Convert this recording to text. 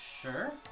Sure